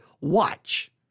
watch